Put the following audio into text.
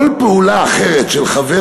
כל פעולה אחרת של חבר